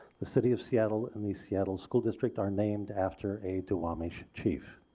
the city of seattle and the seattle school district are named after a duwamish chief.